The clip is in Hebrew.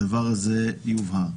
הדבר הזה יובהר.